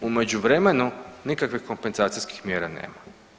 U međuvremenu nikakvih kompenzacijskih mjera nema.